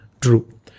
true